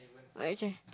not actually